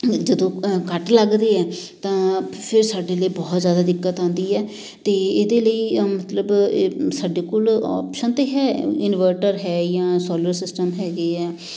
ਜਦੋਂ ਕੱਟ ਲੱਗਦੇ ਹੈ ਤਾਂ ਫਿਰ ਸਾਡੇ ਲਈ ਬਹੁਤ ਜ਼ਿਆਦਾ ਦਿੱਕਤ ਆਉਂਦੀ ਹੈ ਅਤੇ ਇਹਦੇ ਲਈ ਮਤਲਬ ਸਾਡੇ ਕੋਲ ਓਪਸ਼ਨ ਤਾਂ ਹੈ ਇਨਵਰਟਰ ਹੈ ਜਾਂ ਸੋਲਰ ਸਿਸਟਮ ਹੈਗੇ ਹੈ